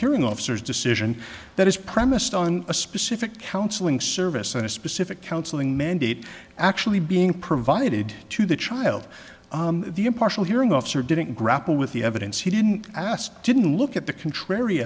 hearing officers decision that is premised on a specific counseling service and a specific counseling mandate actually being provided to the child the impartial hearing officer didn't grapple with the evidence he didn't ask didn't look at the contrary